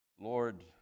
Lord